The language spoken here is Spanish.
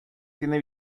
tiene